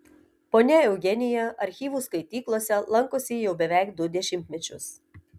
ponia eugenija archyvų skaityklose lankosi jau beveik du dešimtmečius